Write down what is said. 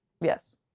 Yes